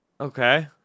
Okay